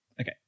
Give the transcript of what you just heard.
Okay